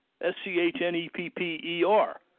S-C-H-N-E-P-P-E-R